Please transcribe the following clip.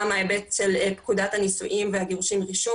גם ההיבט של פקודת הנישואין והגירושין (רישום)